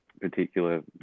particular